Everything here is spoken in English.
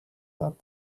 not